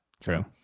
true